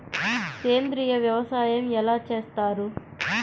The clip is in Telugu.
సేంద్రీయ వ్యవసాయం ఎలా చేస్తారు?